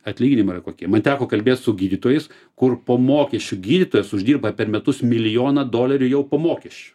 atlyginimai yra kokie man teko kalbėt su gydytojais kur po mokesčių gydytojas uždirba per metus milijoną dolerių jau po mokesčių